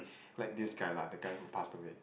like this guy lah the guy who passed away